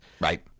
Right